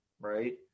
right